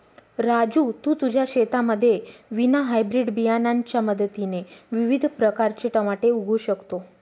राजू तू तुझ्या शेतामध्ये विना हायब्रीड बियाणांच्या मदतीने विविध प्रकारचे टमाटे उगवू शकतो